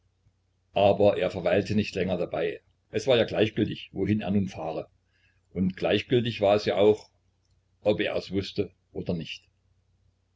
aber er verweilte nicht länger dabei es war ja gleichgültig wohin er nun fahre und gleichgültig war es ja auch ob er es wußte oder nicht